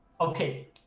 Okay